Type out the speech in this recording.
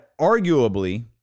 arguably